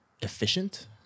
efficient